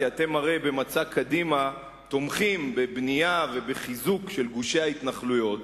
כי הרי אתם במצע קדימה תומכים בבנייה ובחיזוק של גושי ההתנחלויות,